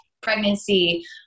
pregnancy